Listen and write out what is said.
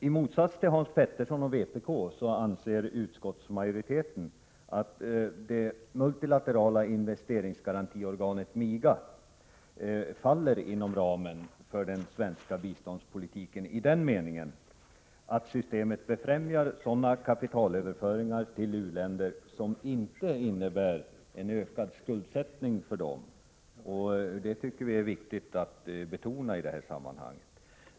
I motsats till Hans Petersson i Hallstahammar och vpk anser utskottsmajoriteten att det multilaterala investeringsgarantiorganet MIGA faller inom ramen för den svenska biståndspolitiken i den meningen att systemet befrämjar sådana kapitalöverföringar till u-länderna som inte innebär en ökad skuldsättning för dessa länder. Det är viktigt att betona detta i sammanhanget.